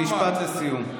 אדוני, משפט לסיום.